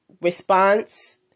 response